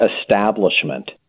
Establishment